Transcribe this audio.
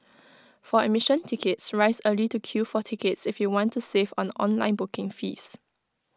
for admission tickets rise early to queue for tickets if you want to save on online booking fees